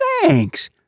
Thanks